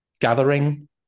gathering